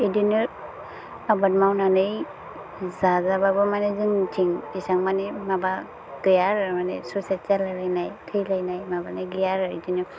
बिदिनो आबाद मावनानै जाजाबाबो माने जोंनिथिं एसां मानि माबा गैया आरो मानि सुइसाइट जालायलायनाय थैलायनाय माबानाय गैया आरो बिदिनो